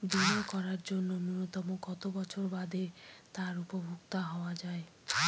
বীমা করার জন্য ন্যুনতম কত বছর বাদে তার উপভোক্তা হওয়া য়ায়?